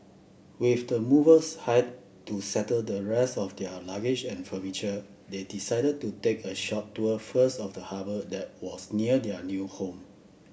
with the movers hired to settle the rest of their luggage and furniture they decided to take a short tour first of the harbour that was near their new home